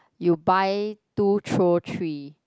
you buy two throw three